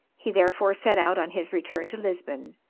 he therefore set out on his return to lisbon,